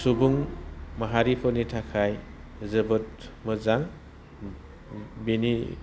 सुबुं माहारिफोरनि थाखाय जोबोद मोजां बेनि